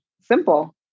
simple